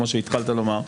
כמו שהתחלת לומר,